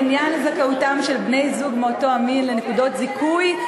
לעניין זכאותם של בני-זוג מאותו מין לנקודות זיכוי,